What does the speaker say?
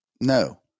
No